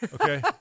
okay